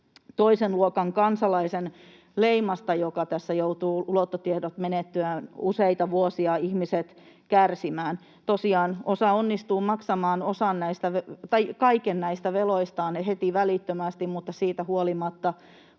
toisen luokan kansalaisen leimasta, josta tässä joutuvat luottotiedot menetettyään useita vuosia ihmiset kärsimään. Tosiaan osa onnistuu maksamaan kaiken näistä veloistaan heti välittömästi, mutta siitä huolimatta